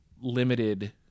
limited